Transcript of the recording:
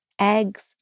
eggs